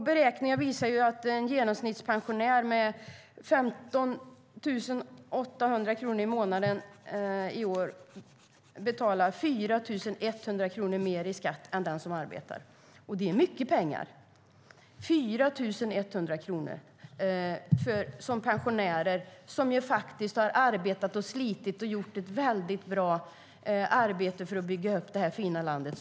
Beräkningar visar att en genomsnittspensionär med 15 800 kronor i månaden betalar i dag 4 100 kronor mer i skatt än den som arbetar, och det är mycket pengar. Pensionärer har faktiskt arbetat, slitit och gjort ett väldigt bra arbete för att bygga upp det här fina landet.